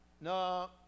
No